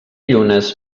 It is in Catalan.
llunes